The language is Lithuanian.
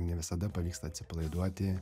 ne visada pavyksta atsipalaiduoti